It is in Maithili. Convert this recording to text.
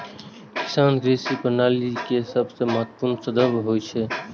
किसान कृषि प्रणाली के सबसं महत्वपूर्ण स्तंभ होइ छै